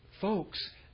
Folks